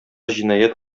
җинаять